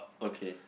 okay